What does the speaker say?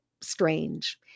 strange